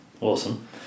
Awesome